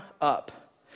up